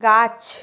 গাছ